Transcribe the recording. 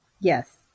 Yes